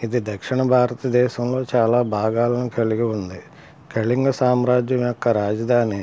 ఇది దక్షిణ భారతదేశంలో చాలా భాగాలను కలిగి ఉంది కళింగ సామ్రాజ్యం యొక్క రాజధాని